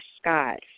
Scott